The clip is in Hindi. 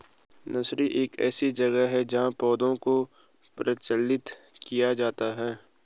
नर्सरी एक ऐसी जगह है जहां पौधों को प्रचारित किया जाता है